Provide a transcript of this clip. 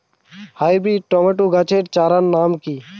Hybrid tomato চারাগাছের নাম কি?